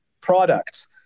products